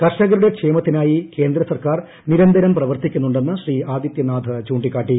കർഷകരുടെ ക്ഷേമത്തിനായി കേന്ദ്ര സർക്കാർ നിരന്തരം പ്രവർത്തിക്കുന്നുണ്ടെന്ന് ശ്രീ ആദിത്യനാഥ് ചൂണ്ടിക്കാട്ടി